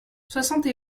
soixante